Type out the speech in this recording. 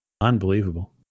unbelievable